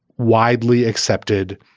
widely accepted